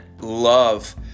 love